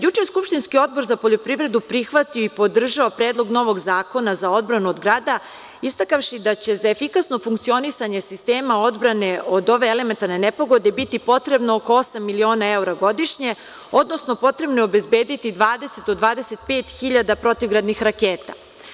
Juče je skupštinski Odbor za poljoprivredu prihvatio i podržao predlog novog zakona za odbranu od grada istakavši da će za efikasno funkcionisanje sistema odbrane od ove elementarne nepogode biti potrebno oko osam miliona evra godišnje, odnosno potrebno je obezbediti 20 do 25 hiljada protivgradnih raketa.